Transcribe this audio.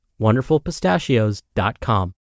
WonderfulPistachios.com